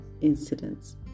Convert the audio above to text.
incidents